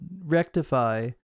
rectify